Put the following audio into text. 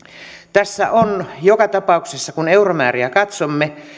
tässä on joka tapauksessa kun euromääriä katsomme